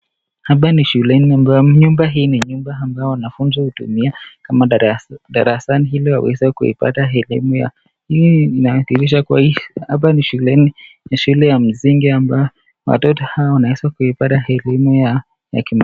Hapa ni shuleni ambayo, nyumba hii ni nyumba ambayo wanafunzi hutumia kama darasani , ili waeze kupipata ili mia, hii inamaansiha kuwa hapa ni shuleni, ni shule ya msingi ambayo watoto hao wanaeza kuipata elimu yao ya kimataifa.